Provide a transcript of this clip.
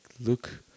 look